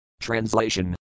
TRANSLATION